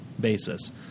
basis